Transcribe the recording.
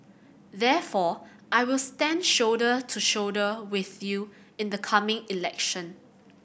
therefore I will stand shoulder to shoulder with you in the coming election